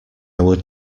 would